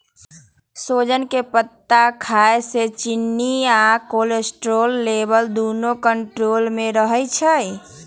सोजन के पत्ता खाए से चिन्नी आ कोलेस्ट्रोल लेवल दुन्नो कन्ट्रोल मे रहई छई